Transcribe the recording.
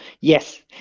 Yes